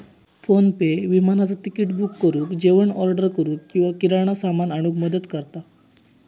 PhonePe विमानाचा ticket book करुक, जेवण ऑर्डर करूक किंवा किराणा सामान आणूक मदत करता